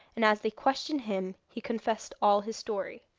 and as they questioned him, he confessed all his story.